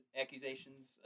accusations